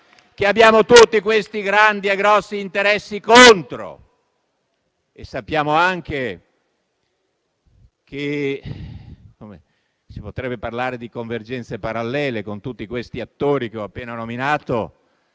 abbiamo tutti questi grandi e grossi interessi contro e sappiamo anche che (si potrebbe parlare di convergenze parallele con tutti questi attori che ho appena nominato)